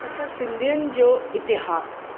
असां सिंधियुनि जो इतिहासु